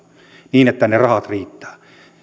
niin että ne rahat riittävät